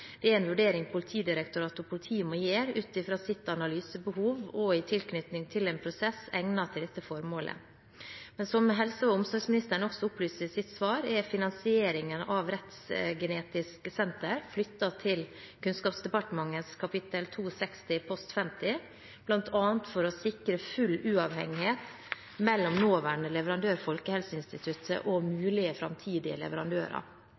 Det er en vurdering Politidirektoratet og politiet må gjøre ut fra sitt analysebehov og i tilknytning til en prosess egnet til dette formålet. Men som helse- og omsorgsministeren også opplyste i sitt svar, er finansieringen av Rettsgenetisk senter flyttet til Kunnskapsdepartementets kap. 260 post 50, bl.a. for å sikre full uavhengighet mellom nåværende leverandør, Folkehelseinstituttet, og mulige framtidige leverandører.